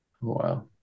Wow